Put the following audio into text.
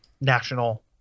national